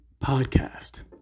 Podcast